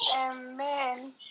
Amen